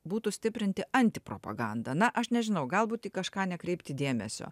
būtų stiprinti antipropagandą na aš nežinau galbūt į kažką nekreipti dėmesio